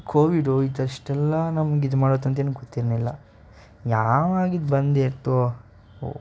covid ಇದ್ದಷ್ಟೆಲ್ಲ ನಮ್ಗಿದು ಮಾಡುತ್ತಂತೇನು ಗೊತ್ತೇನಿಲ್ಲ ಯಾವಾಗ ಇದು ಬಂದಿರುತ್ತೋ ಹೋ